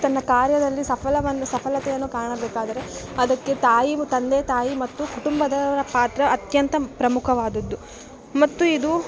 ತನ್ನ ಕಾರ್ಯದಲ್ಲಿ ಸಫಲವನ್ನು ಸಫಲತೆಯನ್ನು ಕಾಣಬೇಕಾದರೆ ಅದಕ್ಕೆ ತಾಯಿ ತಂದೆ ತಾಯಿ ಮತ್ತು ಕುಟುಂಬದವರ ಪಾತ್ರ ಅತ್ಯಂತ ಪ್ರಮುಖವಾದುದ್ದು ಮತ್ತು ಇದು